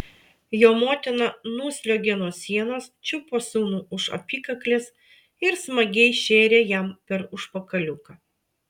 jo motina nusliuogė nuo sienos čiupo sūnų už apykaklės ir smagiai šėrė jam per užpakaliuką